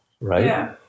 right